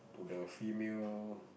to the female